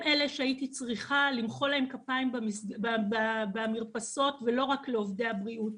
הם אלה שהייתי צריכה למחוא להם כפיים במרפסות ולא רק לעובדי הבריאות.